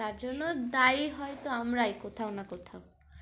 তার জন্য দায়ী হয়তো আমরাই কোথাও না কোথাও